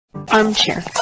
Armchair